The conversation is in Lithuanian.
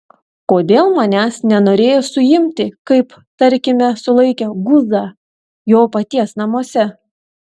kodėl manęs nenorėjo suimti kaip tarkime sulaikė guzą jo paties namuose